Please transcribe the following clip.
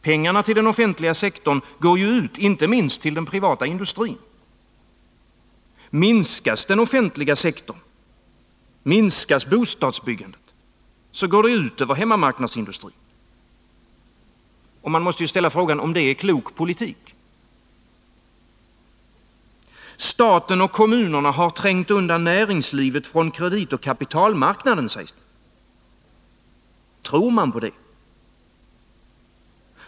Pengarna till den offentliga sektorn går ju ut, inte minst till den privata industrin. Minskas den offentliga sektorn, minskas bostadsbyggandet, går det ut över hemmamarknadsindustrin. Är det en klok politik? Staten och kommunerna har trängt undan näringslivet från kreditoch kapitalmarknaden, sägs det. Tror man på det?